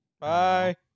Bye